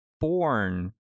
born